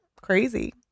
crazy